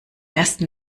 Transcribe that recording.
ersten